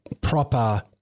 proper-